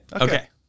Okay